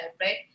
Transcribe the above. right